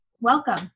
welcome